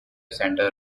centre